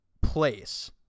place